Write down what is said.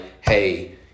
hey